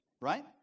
right